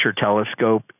telescope